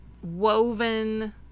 woven